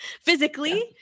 physically